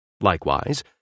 Likewise